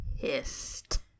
pissed